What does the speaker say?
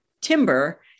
timber